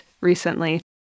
recently